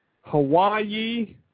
Hawaii